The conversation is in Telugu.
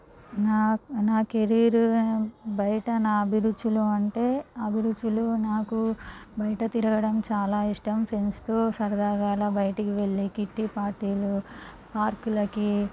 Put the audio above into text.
నా నా కెరీర్ బయట నా అభిరుచులు అంటే అభిరుచులు నాకు బయట తిరగడం చాలా ఇష్టం ఫ్రెండ్స్తో సరదాగా అలా బయటికి వెళ్ళి కిట్టి పార్టీలు పార్కులకి